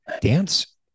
Dance